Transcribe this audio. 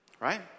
right